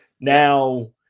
now